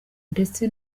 ndetse